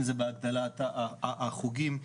אם זה בהגדלת החוגים,